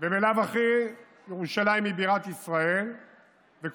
ובלאו הכי ירושלים היא בירת ישראל וכל